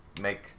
make